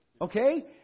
okay